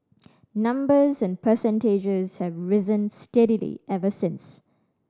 numbers and percentages have risen steadily ever since